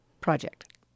Project